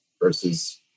versus